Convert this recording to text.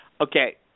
Okay